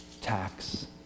tax